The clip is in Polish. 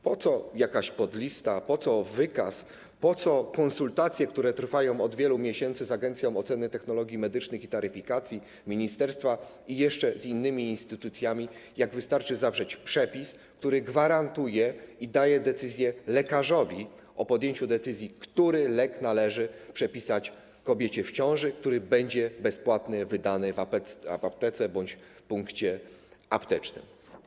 Po co jakaś podlista, po co wykaz, po co konsultacje, które trwają od wielu miesięcy z Agencją Oceny Technologii Medycznych i Taryfikacji, ministerstwa i jeszcze z innymi instytucjami, skoro wystarczy zawrzeć przepis, który gwarantuje i pozostawia lekarzowi podjęcie decyzji, który lek należy przepisać kobiecie w ciąży, który będzie bezpłatnie wydany w aptece bądź punkcie aptecznym?